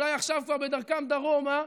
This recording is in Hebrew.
אולי עכשיו הם כבר בדרכם דרומה,